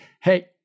hey